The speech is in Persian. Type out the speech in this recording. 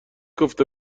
گفته